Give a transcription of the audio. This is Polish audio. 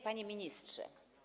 Panie Ministrze!